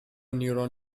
neuron